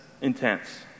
intense